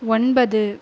ஒன்பது